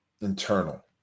internal